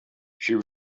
she